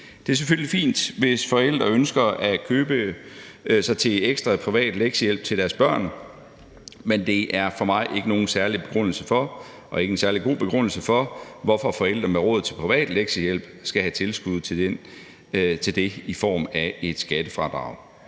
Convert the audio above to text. Det er selvfølgelig fint, hvis forældre ønsker at købe sig til ekstra privat lektiehjælp til deres børn, men det er for mig ikke nogen særlig begrundelse og ikke nogen særlig god begrundelse for, hvorfor forældre med råd til privat lektiehjælp skal have tilskud til det i form af et skattefradrag.